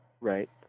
right